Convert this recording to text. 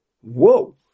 Whoa